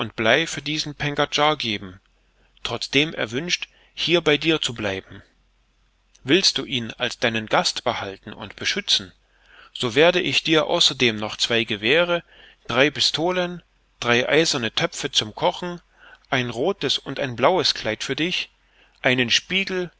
blei für diesen pengadschar geben trotzdem er wünscht hier bei dir zu bleiben willst du ihn als deinen gast behalten und beschützen so werde ich dir außerdem noch zwei gewehre drei pistolen drei eiserne töpfe zum kochen ein rothes und ein blaues kleid für dich einen spiegel